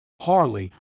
Harley